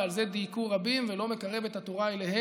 ועל זה דייקו רבים: ולא מקרב את התורה אליהם.